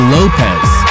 Lopez